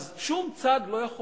שום צד לא יכול